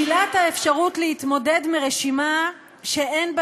שלילת האפשרות להתמודד מרשימה שאין בה